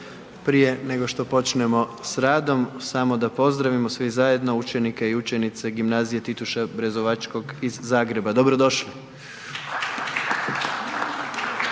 prije nego što počnemo s radom samo da pozdravimo svi zajedno učenike i učenice Gimnazije Tituša Brezovačkog iz Zagreba, dobro došli.